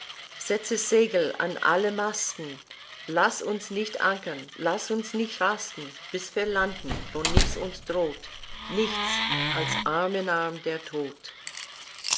setze segel an alle masten laß uns nicht ankern laß uns nicht rasten bis wir landen wo nichts uns droht nichts als arm in armen der tod